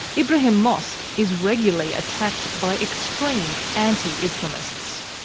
ibrahim mosque is regularly attacked by extreme anti-islamists.